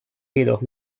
jedoch